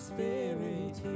Spirit